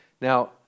Now